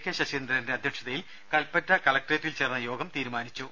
K ശശീന്ദ്രന്റെ അധ്യക്ഷതയിൽ കൽപ്പറ്റ കളക്ട്രേറ്റിൽ ചേർന്ന യോഗം തീരുമാനിച്ചു